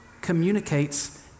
communicates